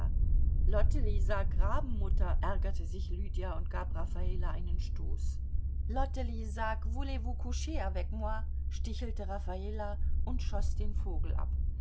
lottely sag rabenmutter ärgerte sich lydia und gab raffala einen stoß lottely sag voulez vous coucher avec moi stichelte raffala und schoß den vogel ab